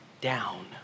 down